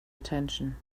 attention